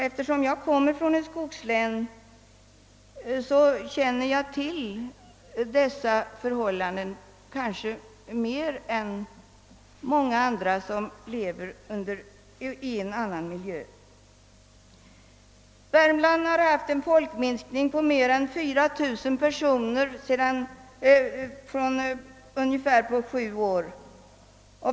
Eftersom jag själv kommer från ett skogslän känner jag till dessa förhållanden kanske bättre än många som lever i en annan miljö. Värmland har haft en folkminskning på mer än 4 000 personer på ungefär sju år.